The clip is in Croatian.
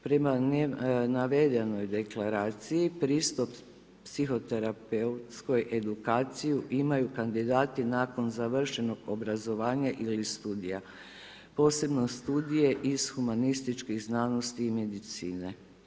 Prema navedenoj deklaraciji, pristup psihoterapeutskoj edukaciji imaju kandidati nakon završenog obrazovanja ili studija, posebno studija iz humanističkih znanosti ili medicine.